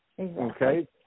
Okay